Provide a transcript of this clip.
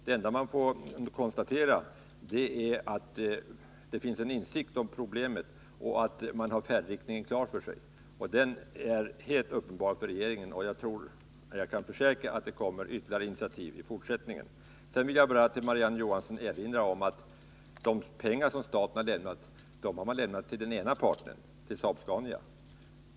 Det enda man kan göra är att konstatera att det finns en insikt om problemet och att regeringen har färdriktningen klar för sig. Den är helt uppenbar för regeringen, och jag kan försäkra att det kommer ytterligare initiativ i fortsättningen. Jag vill bara erinra Marie-Ann Johansson om att de pengar som staten har lämnat har lämnats endast till den ena parten, till Saab-Scania.